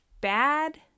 bad